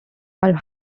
are